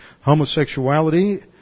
Homosexuality